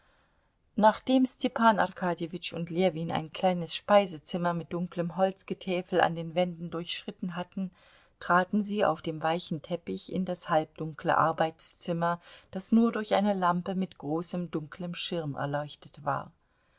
nachdem stepan arkadjewitsch und ljewin ein kleines speisezimmer mit dunklem holzgetäfel an den wänden durchschritten hatten traten sie auf dem weichen teppich in das halbdunkle arbeitszimmer das nur durch eine lampe mit großem dunklem schirm erleuchtet war